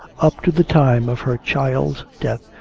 up to the time of her child's death,